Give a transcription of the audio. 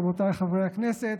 רבותיי חברי הכנסת,